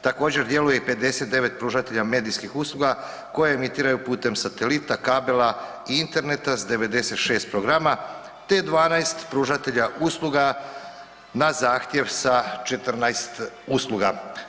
Također, djeluje i 59 pružatelja medijskih usluga koje emitiraju putem satelita, kabela i interneta s 96 programa te 12 pružatelja usluga na zahtjev sa 14 usluga.